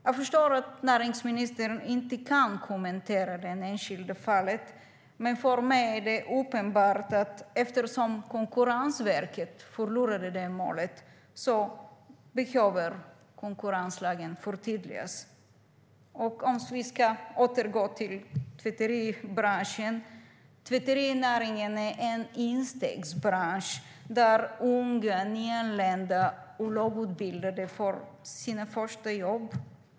Jag förstår att näringsministern inte kan kommentera det enskilda fallet, men eftersom Konkurrensverket förlorade målet är det för mig uppenbart att konkurrenslagen behöver förtydligas. Om vi ska återgå till tvätteribranschen kan jag säga att tvätterinäringen är en instegsbransch där unga, nyanlända och lågutbildade får sina första jobb.